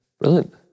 Brilliant